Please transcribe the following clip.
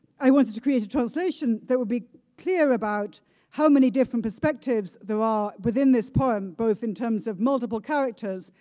i wanted to create a translation that would be clear about how many different perspectives there are within this poem, both in terms of multiple characters,